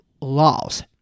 laws